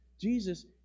Jesus